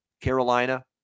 Carolina